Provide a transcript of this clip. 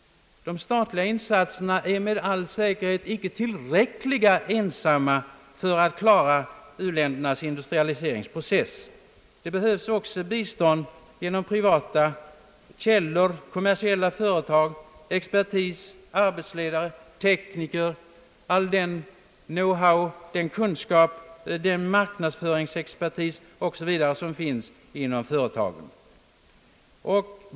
De statliga insatserna är med all säkerhet inte tillräckliga att ensamma skjuta på u-ländernas industrialiseringsprocess. Det behövs också bistånd genom privata källor, kommersiella företag, expertis, arbetsledare, tekniker, all den know-how, den kunskap, den marknadsföringsexpertis finns inom företagen.